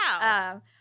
Wow